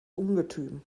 ungetüm